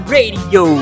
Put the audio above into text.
Radio